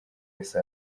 wese